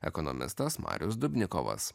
ekonomistas marius dubnikovas